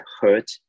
hurt